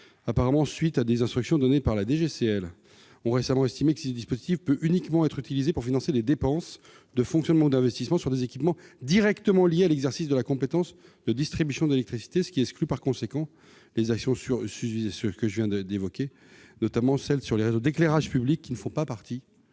direction générale des collectivités locales, la DGCL -ont récemment estimé que ce dispositif pouvait uniquement être utilisé pour financer des dépenses de fonctionnement ou d'investissement sur des équipements directement liés à l'exercice de la compétence de distribution d'électricité, ce qui exclut par conséquent les actions que je viens d'évoquer, notamment sur les réseaux d'éclairage public, qui ne font pas partie,